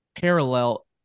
parallel